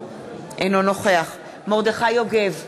אינו נוכח מרדכי יוגב,